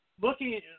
looking